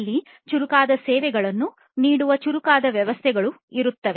ಅಲ್ಲಿ ಚುರುಕಾದ ಸೇವೆಗಳನ್ನು ನೀಡುವ ಚುರುಕಾದ ವ್ಯವಸ್ಥೆಗಳು ಇರುತ್ತವೆ